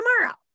tomorrow